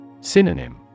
Synonym